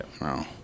No